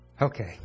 Okay